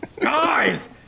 Guys